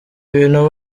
ibintu